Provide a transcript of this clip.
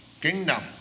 kingdom